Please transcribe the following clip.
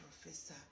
Professor